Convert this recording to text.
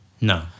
No